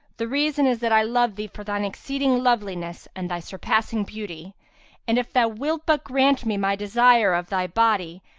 the reason is that i love thee for shine exceeding loveliness and thy surpassing beauty and if thou wilt but grant me my desire of thy body,